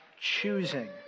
choosing